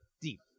deep